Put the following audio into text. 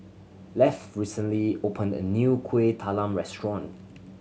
Lafe recently opened a new Kueh Talam restaurant